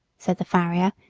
said the farrier,